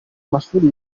amashuri